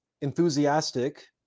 enthusiastic